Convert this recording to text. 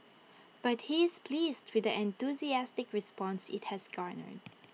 but he is pleased with the enthusiastic response IT has garnered